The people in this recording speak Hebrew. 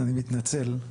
אני מתנצל.